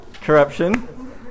Corruption